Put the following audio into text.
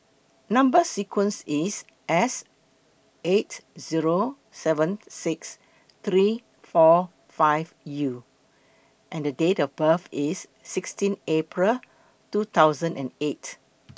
Number sequence IS S eight Zero seven six three four five U and The Date of birth IS sixteen April two thousand and eight